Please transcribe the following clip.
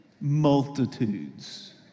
Multitudes